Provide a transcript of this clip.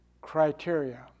criteria